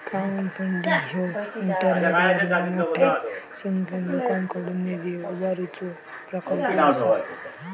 crowdfunding ह्यो इंटरनेटवरना मोठ्या संख्येन लोकांकडुन निधी उभारुचो प्रकल्प असा